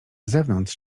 zewnątrz